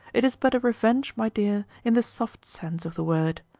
it is but a revenge, my dear, in the soft sense of the word.